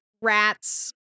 Rats